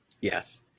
Yes